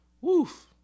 Woof